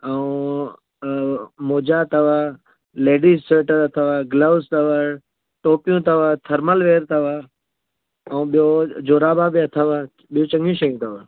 ऐं अ मोजा अथव लेडिस स्वेटर अथव ग्लोस अथव टोपियूं अथव थर्मल वेअर अथव ऐं ॿियो जोराबा बि अथव ॿी चङियूं शयूं अथव